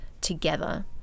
together